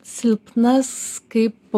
silpnas kaip po